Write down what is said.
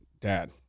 Dad